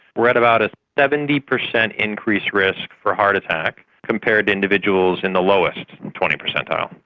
where at about a seventy percent increased risk for heart attack compared to individuals in the lowest twenty percentile.